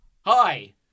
Hi